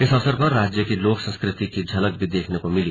इस अवसर पर राज्य की लोक संस्कृति की झलक भी देखने को मिली